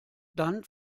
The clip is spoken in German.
dann